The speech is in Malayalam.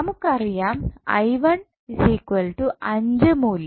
നമുക്കറിയാം മൂല്യം